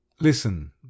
listen